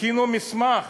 הכינו מסמך